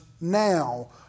now